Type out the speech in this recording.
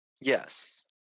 yes